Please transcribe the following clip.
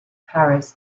paris